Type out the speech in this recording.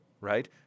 right